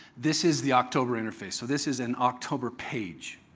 this is the october interface. so this is an october page.